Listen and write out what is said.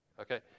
okay